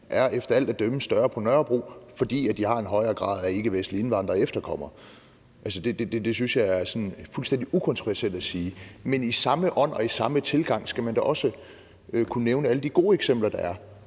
efter alt at dømme er større på Nørrebro, fordi de har en højere grad af ikkevestlige indvandrere og efterkommere. Det synes jeg er sådan fuldstændig ukontroversielt at sige. Men i samme ånd og i samme tilgang skal man da også kunne nævne alle de gode eksempler, der er,